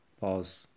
Pause